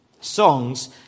Songs